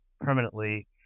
permanently